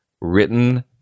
written